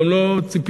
גם לא ציפיתי,